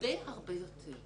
הרבה-הרבה יותר.